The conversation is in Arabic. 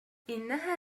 إنها